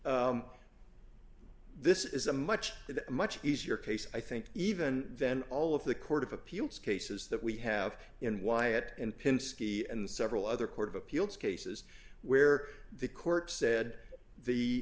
ok this is a much much easier case i think even then all of the court of appeals cases that we have in wyatt and pinsky and several other court of appeals cases where the court said the